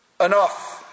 enough